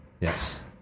Yes